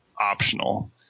optional